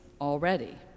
already